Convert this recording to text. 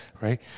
right